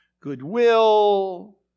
goodwill